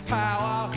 power